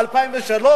ב-2003,